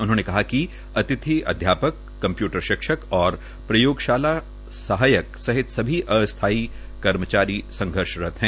उन्होंने कहा कि अतिथि अध्यापकों कम्प्यूटर शिक्षक और प्रयोगयाला सहायक सहित सभी अस्थाई कर्मचारी संघर्षरत है